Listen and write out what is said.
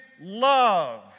love